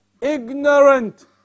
ignorant